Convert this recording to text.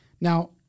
Now